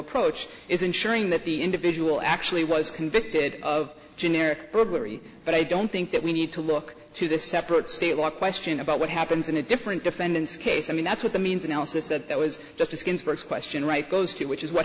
approach is ensuring that the individual actually was convicted of generic burglary but i don't think that we need to look to the separate state law question about what happens in a different defendant's case i mean that's what the means analysis that that was justice ginsburg's question right goes to which is what